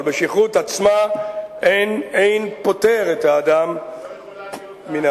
אבל בשכרות עצמה אין פוטר את האדם מהעונש.